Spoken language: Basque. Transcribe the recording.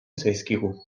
zaizkigu